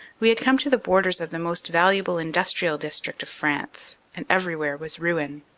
we had come to the borders of the most valuable industrial dis trict of france, and everywhere was ruin.